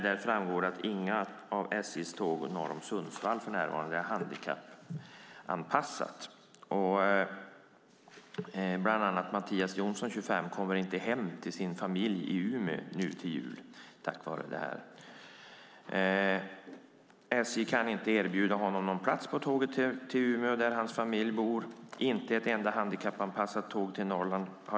Där framgår det att inga av SJ:s tåg norr om Sundsvall för närvarande är handikappanpassade. Bland andra Mattias Jonsson, 25 år, kommer inte hem till sin familj i Umeå nu i jul på grund av detta. SJ kan inte erbjuda honom någon plats på tåget till Umeå där hans familj bor. Det har visat sig att det inte går ett enda handikappanpassat tåg till Norrland.